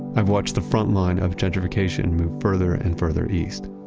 i've watched the front line of gentrification move further and further east.